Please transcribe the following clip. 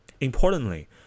Importantly